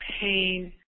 pain